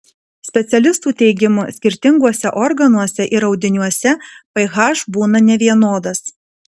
specialistų teigimu skirtinguose organuose ir audiniuose ph būna nevienodas